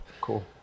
Cool